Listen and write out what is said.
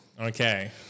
Okay